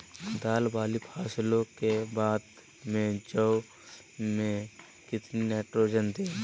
दाल वाली फसलों के बाद में जौ में कितनी नाइट्रोजन दें?